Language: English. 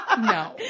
no